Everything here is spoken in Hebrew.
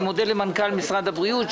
אני מודה למנכ"ל משרד הבריאות,